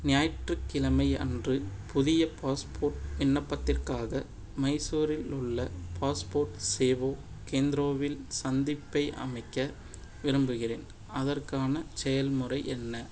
ஞாயிற்றுக்கிழமை அன்று புதிய பாஸ்போர்ட் விண்ணப்பத்திற்காக மைசூரில் உள்ள பாஸ்போர்ட் சேவோ கேந்திராவில் சந்திப்பை அமைக்க விரும்புகிறேன் அதற்கான செயல்முறை என்ன